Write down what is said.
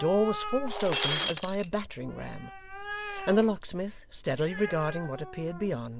the door was forced open as by a battering-ram and the locksmith, steadily regarding what appeared beyond,